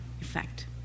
effect